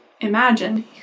imagine